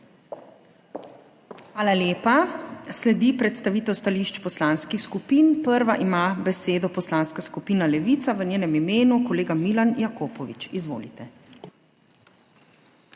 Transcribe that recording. Hvala lepa. Sledi predstavitev stališč poslanskih skupin. Prva ima besedo Poslanska skupina Svoboda, v njenem imenu kolega Tine Novak. Izvolite.